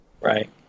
Right